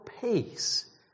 peace